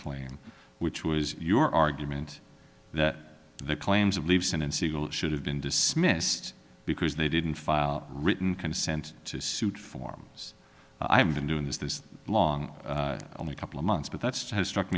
claim which was your argument that the claims of leaves and in seattle should have been dismissed because they didn't file written consent to suit forms i have been doing this this long only a couple of months but that's to have struck